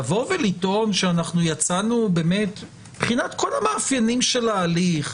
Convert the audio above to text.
לטעון שיצאנו באמת מבחינת כל המאפיינים של ההליך,